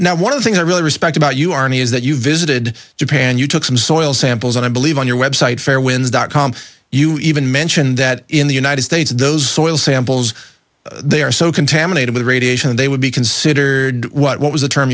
now one of the things i really respect about you arnie is that you visited japan you took some soil samples and i believe on your website fairwinds dot com you even mentioned that in the united states those soil samples they are so contaminated with radiation they would be considered what was the term